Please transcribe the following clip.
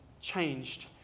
changed